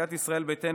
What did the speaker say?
לסיעת ישראל ביתנו,